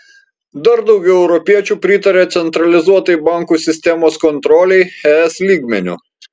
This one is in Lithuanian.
dar daugiau europiečių pritaria centralizuotai bankų sistemos kontrolei es lygmeniu